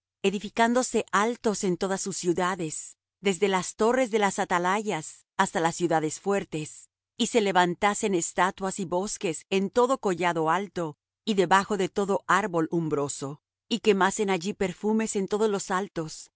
edificándose altos en todas sus ciudades desde las torres de las atalayas hasta las ciudades fuertes y se levantasen estatuas y bosques en todo collado alto y debajo de todo árbol umbroso y quemasen allí perfumes en todos los altos